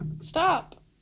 Stop